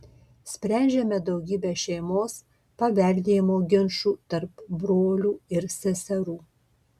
sprendžiame daugybę šeimos paveldėjimo ginčų tarp brolių ir seserų